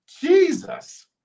jesus